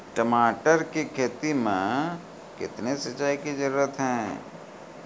टमाटर की खेती मे कितने सिंचाई की जरूरत हैं?